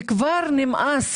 וכבר נמאס